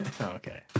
okay